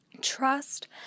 trust